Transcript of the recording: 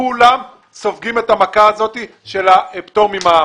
כולם סופגים את המכה הזאת של הפטור ממע"מ.